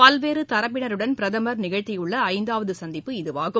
பல்வேறுதரப்பினருடன் பிரதமர் நிகழ்த்தியுள்ளஐந்தாவதுசந்திப்பு இதுவாகும்